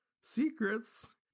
secrets